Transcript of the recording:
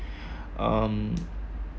um